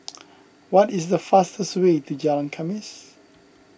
what is the fastest way to Jalan Khamis